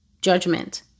judgment